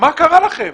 מה קרה לכם?